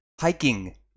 hiking